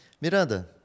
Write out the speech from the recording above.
Miranda